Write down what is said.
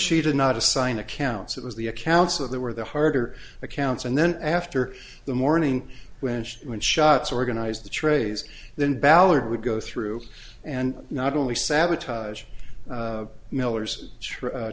she did not assign accounts it was the accounts of there were the harder accounts and then after the morning when she when shots organized the trays then ballard would go through and not only sabotage